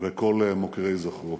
וכל מוקירי זכרו,